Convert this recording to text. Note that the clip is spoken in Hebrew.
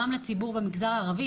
גם לציבור במגזר הערבי,